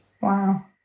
Wow